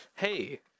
Hey